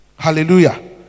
Hallelujah